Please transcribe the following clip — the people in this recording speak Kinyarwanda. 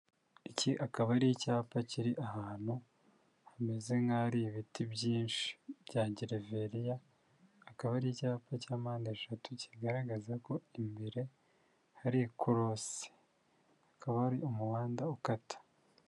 Iki akaba ari icyapa kiri ahantu hameze nkaho hari ibiti byinshi bya gereveriya, akaba ari icyapa cya mpande eshatu kigaragaza ko imbere hari ikorose akaba ari umuhanda ukata.